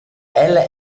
ella